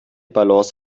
balance